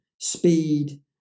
speed